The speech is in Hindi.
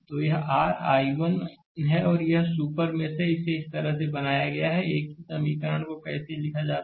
तो यह r I1 है और यह सुपर मेष है इस तरह से बनाया गया है कि एक ही समीकरण को कैसे लिखा जाए